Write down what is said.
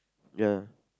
ya